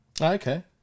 okay